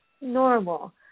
normal